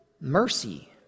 mercy